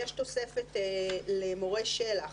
יש תוספת למורה של"ח,